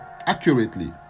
accurately